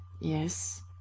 yes